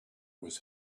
was